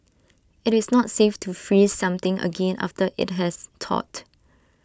IT is not safe to freeze something again after IT has thawed